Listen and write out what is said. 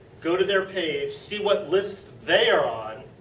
go to their page, see what lists they are on,